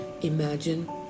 imagine